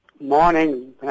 Morning